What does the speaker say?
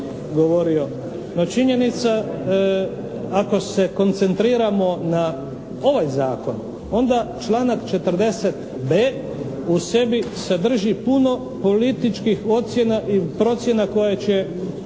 No, činjenica ako se koncentriramo na ovaj zakon onda članak 40.b u sebi sadrži puno političkih ocjena i procjena koje će